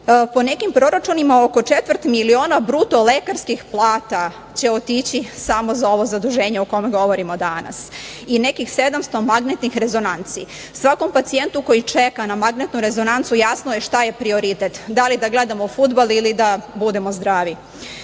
nekim proračunima oko četvrt miliona bruto lekarskih plata će otići samo za ovo zaduženje o kome govorimo danas i nekih 700 magnetnih rezonanci. Svakom pacijentu koji čeka na magnetnu rezonancu jasno je šta je prioritet. Da li da gledamo fudbal ili da budemo zdravi. Nama